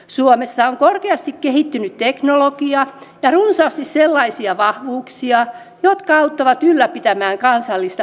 suomessa on korkeasti kehittynyt teknologia ja runsaasti sellaisia vahvuuksia jotka auttavat ylläpitämään kansallista huoltovarmuuttamme